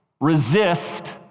resist